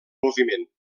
moviment